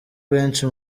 benshi